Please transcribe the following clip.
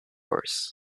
wars